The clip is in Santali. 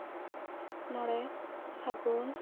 ᱢᱚᱬᱮ ᱯᱷᱟᱹᱜᱩᱱ